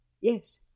Yes